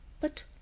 But